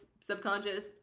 subconscious